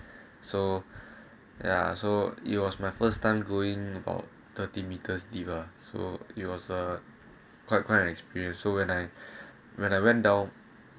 so ya so it was my first time going oh thirty meters dive so it was a quiet quiet experience so when I when I went down